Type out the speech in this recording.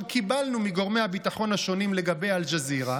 קיבלנו מגורמי הביטחון השונים לגבי אל-ג'זירה,